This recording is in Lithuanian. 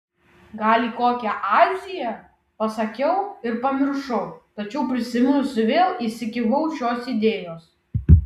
gal į kokią aziją pasakiau ir pamiršau tačiau prisiminusi vėl įsikibau šios idėjos